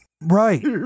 Right